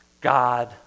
God